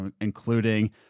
including